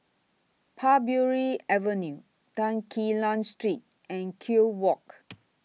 Parbury Avenue Tan Quee Lan Street and Kew Walk